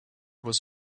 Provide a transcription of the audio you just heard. was